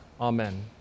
Amen